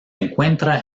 encuentra